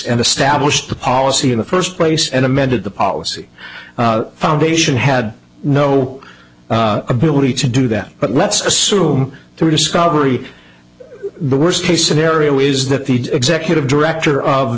established policy in the first place and amended the policy foundation had no ability to do that but let's assume through discovery the worst case scenario is that the executive director of